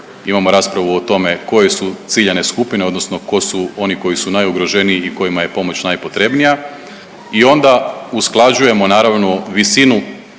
imamo raspravu o tome koje su ciljane skupine odnosno ko su oni koji su najugroženiji i kojima je pomoć najpotrebnija i onda usklađujemo naravno visinu